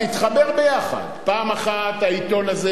זה התחבר ביחד: פעם אחת העיתון הזה,